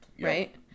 right